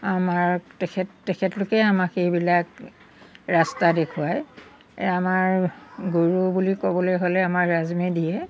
আমাৰ তেখেত তেখেতলোকেই আমাক সেইবিলাক ৰাস্তা দেখুৱায় আমাৰ গুৰু বুলি ক'বলৈ হ'লে আমাৰ ৰাজমেধিয়ে